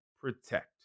protect